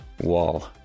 Wall